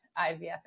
IVF